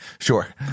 Sure